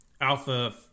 alpha